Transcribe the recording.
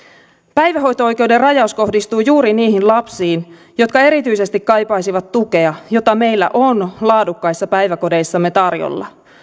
päivähoito oikeuden rajaus kohdistuu juuri niihin lapsiin jotka erityisesti kaipaisivat tukea jota meillä on laadukkaissa päiväkodeissamme tarjolla